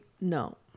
no